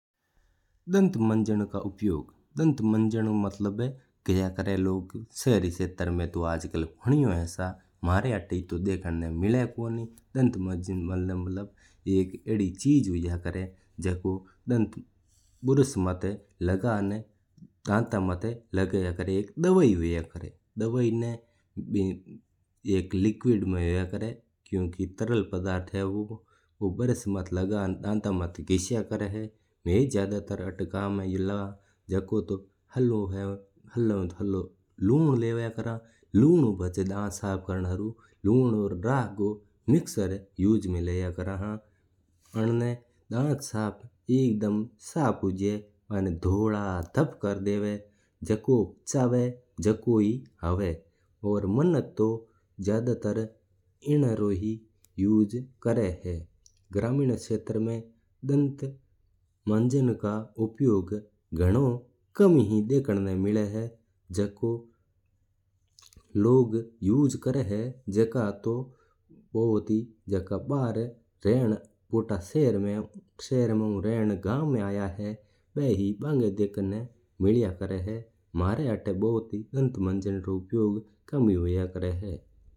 दंतमंजन का उपयोग होया करया है लोग शहरी क्षेत्र में तो लोग करया है मना आता ईतो देखना मिला कोणी है। दंतमंजन एक अदी चीज होया करया है जको ब्रश माता लगन्न दांतां माता लगाया करया है। इन दांतां माता घस्यां करया है जू दांत इनू साफ होया करया है। कै ही अलग-अलग प्रकार का दंतमंजन आऊंवा दो गा है ज्यान कोलगेट, पेप्सोडेंट, क्लोज़अप, और घणी ही अलग-अलग कंपनियां आगी है।